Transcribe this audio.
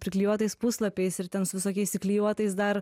priklijuotais puslapiais ir ten su visokiais įklijuotais dar